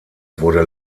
wurde